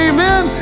Amen